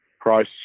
price